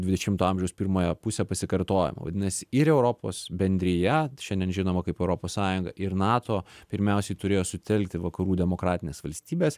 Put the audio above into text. dvidešimto amžiaus pirmąją pusę pasikartojimo vadinas ir europos bendrija šiandien žinoma kaip europos sąjunga ir nato pirmiausiai turėjo sutelkti vakarų demokratines valstybes